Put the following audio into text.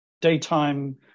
daytime